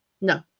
No